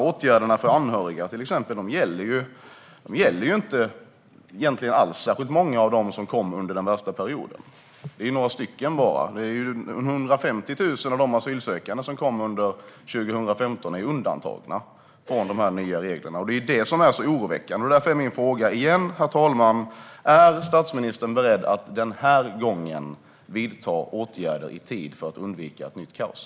Åtgärderna för anhöriga gäller inte alls särskilt många av dem som kom under den värsta perioden - bara några av dem. 150 000 av de asylsökande som kom under 2015 är undantagna från de nya reglerna. Det är oroväckande. Herr talman! Jag ställer därför min fråga igen. Är statsministern beredd att den här gången vidta åtgärder i tid för att undvika ett nytt kaos?